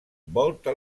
volta